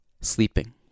sleeping